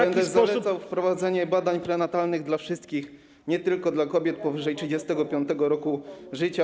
Będę zalecał wprowadzenie badań prenatalnych dla wszystkich, nie tylko dla kobiet powyżej 35. roku życia.